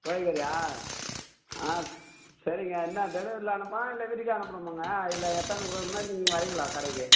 கோழி கறியா ஆ சரிங்க என்னா டெலிவரியில அனுப்பணுமா இல்லை வீட்டுக்கே அனுப்பணும்மாங்க இல்லை எடுத்தாந்து கொடுக்கணுமா நீங்கள் வரிங்களா கடைக்கு